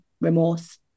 remorse